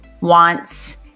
wants